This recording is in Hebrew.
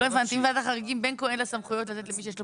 אם לוועדת החריגים אין סמכויות לתת למי שיש לו